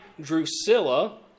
Drusilla